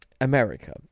America